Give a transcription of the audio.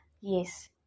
yes